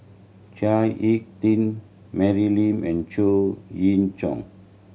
Chao Hick Tin Mary Lim and Chow Chee Yong